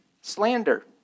slander